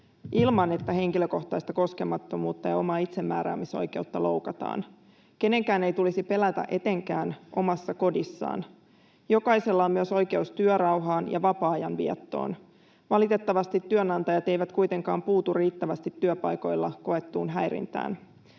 ilman, että henkilökohtaista koskemattomuutta ja omaa itsemääräämisoikeutta loukataan. Kenenkään ei tulisi pelätä etenkään omassa kodissaan. Jokaisella on myös oikeus työrauhaan ja vapaa-ajan viettoon. Valitettavasti työnantajat eivät kuitenkaan puutu riittävästi työpaikoilla koettuun häirintään.